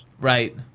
Right